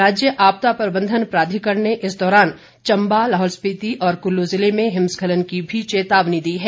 राज्य आपदा प्रबंधन प्राधिकरण ने इस दौरान चम्बा लाहौल स्पीति और कुल्लू जिले में हिमस्खलन की भी चेतावनी दी है